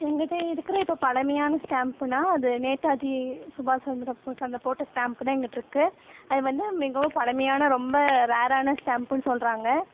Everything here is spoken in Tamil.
எங்கிட்டே இருக்கிற இப்போ பழமையான ஸ்டாம்ப்புன்னா அது நேதாஜி சுபாஷ் சந்திரபோஸ் அந்த போட்ட ஸ்டாம்ப்பு தான் எங்கிட்டே இருக்குது அது வந்து மிகவும் பழமையான ரொம்ப ரேரான ஸ்டாம்ப்புன்னு சொல்கிறாங்க